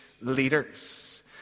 leaders